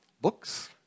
Books